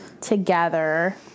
together